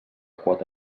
quota